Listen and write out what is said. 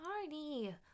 party